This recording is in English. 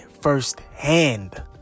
firsthand